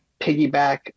piggyback